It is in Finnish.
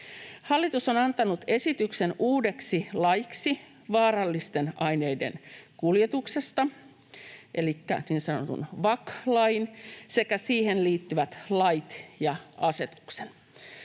Hallitus on antanut esityksen uudeksi laiksi vaarallisten aineiden kuljetuksesta elikkä niin sanotun VAK-lain sekä siihen liittyvät lait ja asetuksen.